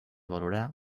valorar